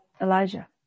Elijah